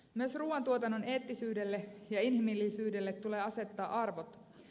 myös ruuantuotannon eettisyydelle ja inhimillisyydelle tulee asettaa arvot